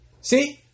See